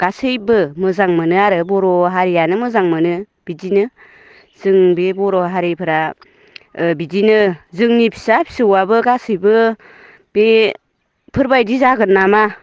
गासैबो मोजां मोनो आरो बर' हारियानो मोजां मोनो बिदिनो जों बे बर' हारिफोरा ओ बिदिनो जोंनि फिसा फिसौआबो गासिबो बेफोरबायदि जागोन नामा